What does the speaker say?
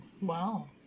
wow